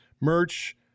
merch